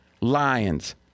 Lions